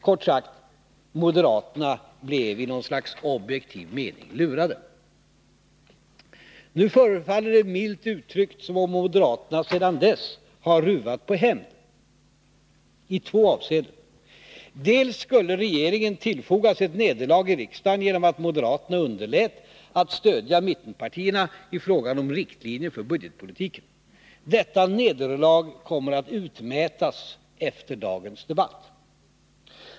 Kort sagt: Moderaterna blev i något slags objektiv mening lurade. Det förefaller, milt uttryckt, som om moderaterna sedan dess har ruvat på hämnd i två avseenden. För det första skulle regeringen tillfogas ett nederlag i riksdagen genom att moderaterna underlät att stödja mittenpartierna i frågan om riktlinjer för budgetpolitiken. Detta nederlag kommer att utmätas efter dagens debatt.